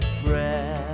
prayer